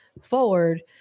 forward